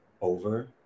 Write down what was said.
over